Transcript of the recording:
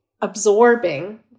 absorbing